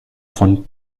von